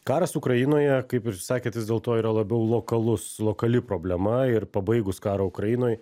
karas ukrainoje kaip ir sakėt vis dėlto yra labiau lokalus lokali problema ir pabaigus karą ukrainoj